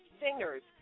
singers